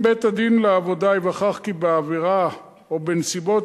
אם בית-הדין לעבודה ייווכח כי בעבירה או בנסיבות